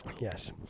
Yes